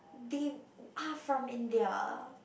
big art from India